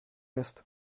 ist